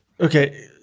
Okay